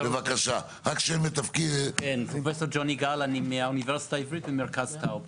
(הצגת מצגת) פרופסור ג'וני גל אני מהאוניברסיטה העברית מרכז טאוב.